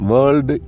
World